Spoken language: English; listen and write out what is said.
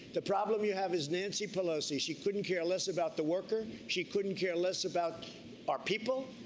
the problem you have is nancy pelosi. she couldn't care less about the worker. she couldn't care less about our people.